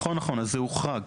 נכון, זה הוחרג.